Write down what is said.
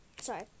sorry